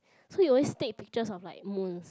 so he always take pictures of like moons